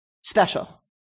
special